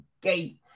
gate